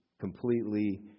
completely